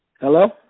Hello